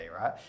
right